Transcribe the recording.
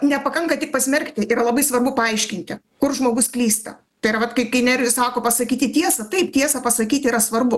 nepakanka tik pasmerkti yra labai svarbu paaiškinti kur žmogus klysta tai yra vat kai kai nerijus sako pasakyti tiesą taip tiesą pasakyti yra svarbu